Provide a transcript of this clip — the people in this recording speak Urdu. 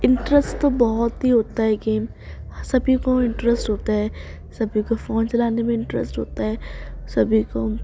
انٹرسٹ تو بہت ہی ہوتا ہے گیم سبھی کو انٹرسٹ ہوتا ہے سبھی کو فون چلانے میں انٹرسٹ ہوتا ہے سبھی کو